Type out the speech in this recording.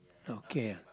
okay ah